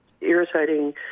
irritating